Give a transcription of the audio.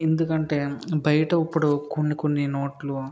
ఎందుకంటే బయట ఇప్పుడు కొన్ని కొన్ని నోట్లు